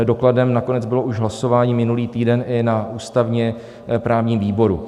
Dokladem nakonec bylo už hlasování minulý týden i na ústavněprávním výboru.